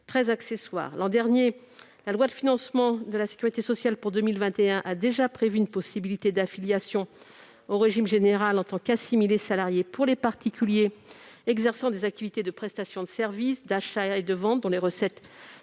accessoire. La loi de financement de la sécurité sociale pour 2021 a déjà prévu une possibilité d'affiliation au régime général en tant qu'assimilé salarié pour les particuliers exerçant des activités de prestations de services, d'achats et de ventes, dont les recettes sont